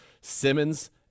Simmons